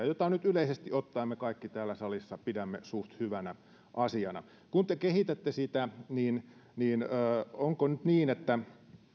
jota nyt yleisesti ottaen me kaikki täällä salissa pidämme suht hyvänä asiana kun te kehitätte sitä niin niin onko nyt niin että